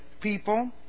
people